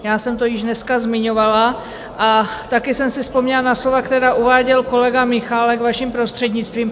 Já jsem to již dneska zmiňovala a také jsem si vzpomněla na slova, která uváděl kolega Michálek, vaším prostřednictvím.